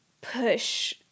push